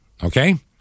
Okay